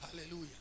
Hallelujah